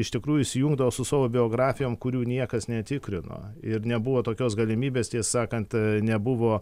iš tikrųjų įsijungdavo su savo biografijom kurių niekas netikrino ir nebuvo tokios galimybės tiesą sakant nebuvo